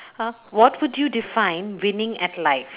uh what would you define winning at life